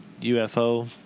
UFO